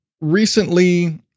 recently